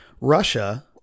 Russia